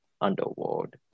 underworld